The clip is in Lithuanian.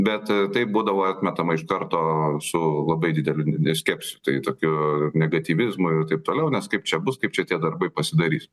bet taip būdavo atmetama iš karto su labai dideliu skepsiu tai tokiu negatyvizmu ir taip toliau nes kaip čia bus kaip čia tie darbai pasidarys